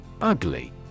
Ugly